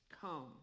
come